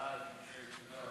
ההצעה